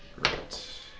Great